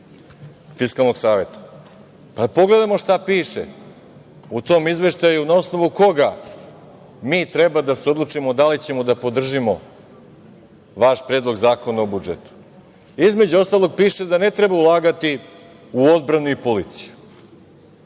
Fiskalnog saveta. Pogledajmo šta piše u tom izveštaju, na osnovu koga mi treba da se odlučimo da li ćemo da podržimo vaš Predlog zakona o budžetu. Između ostalog, piše da ne treba ulagati u odbranu i policiju.